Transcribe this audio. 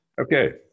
Okay